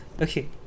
Okay